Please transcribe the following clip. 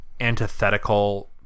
antithetical